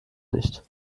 nicht